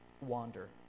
wander